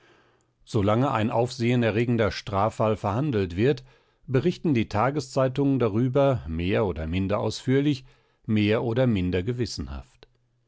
solange ein aufsehenerregender straffall verhandelt wird berichten die tageszeitungen darüber mehr oder minder ausführlich mehr oder minder gewissenhaft